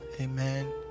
amen